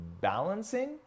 balancing